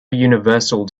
universal